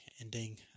ending